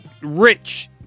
rich